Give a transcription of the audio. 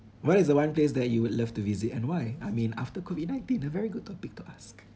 what is the one place that you would love to visit and why I mean after COVID nineteen a very good topic to ask